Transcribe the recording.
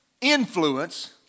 influence